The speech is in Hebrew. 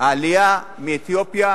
העלייה מאתיופיה